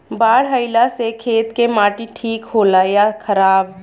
बाढ़ अईला से खेत के माटी ठीक होला या खराब?